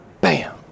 Bam